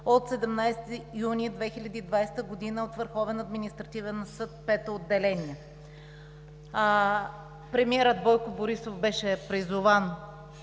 от 17 юни 2020 г. от Върховния административен съд, V отделение. Премиерът Бойко Борисов беше призован,